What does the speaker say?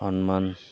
সন্মান